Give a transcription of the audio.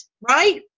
right